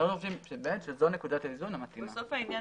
זו נקודת האיזון המתאימה.